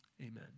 Amen